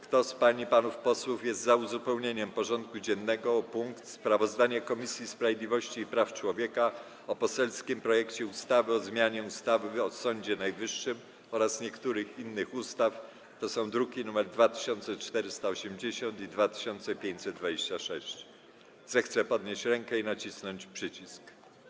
Kto z pań i panów posłów jest za uzupełnieniem porządku dziennego o punkt w brzmieniu: Sprawozdanie Komisji Sprawiedliwości i Praw Człowieka o poselskim projekcie ustawy o zmianie ustawy o Sądzie Najwyższym oraz niektórych innych ustaw, druki nr 2480 i 2526, zechce podnieść rękę i nacisnąć przycisk.